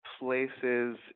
places